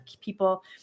people